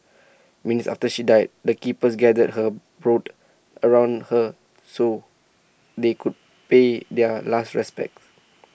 minutes after she died the keepers gathered her brood around her so they could pay their last respects